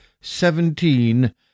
seventeen